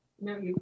no